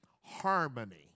Harmony